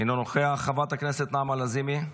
אינו נוכח, חברת הכנסת נעמה לזימי,